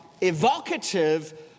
evocative